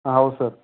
ಹಾಂ ಹೌದು ಸರ್